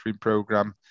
program